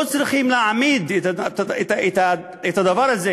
לא צריכים להעמיד את הדבר הזה